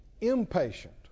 impatient